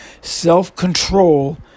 Self-control